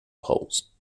polls